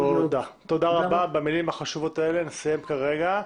תודה רבה, במילים החשובות האלה נסיים כרגע,